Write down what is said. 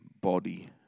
body